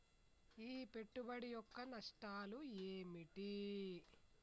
ఈ పెట్టుబడి యొక్క నష్టాలు ఏమిటి?